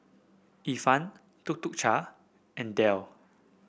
Ifan Tuk Tuk Cha and Dell